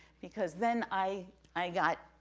because then i i got,